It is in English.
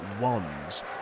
wands